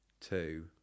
two